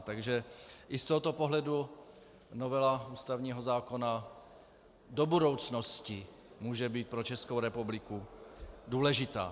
Takže i z tohoto pohledu novela ústavního zákona do budoucnosti může být pro Českou republiku důležitá.